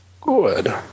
good